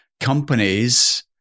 companies